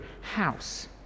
house